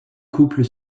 couples